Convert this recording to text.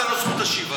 למה זה לא זכות השיבה?